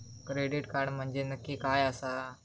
Credit card म्हंजे नक्की काय आसा?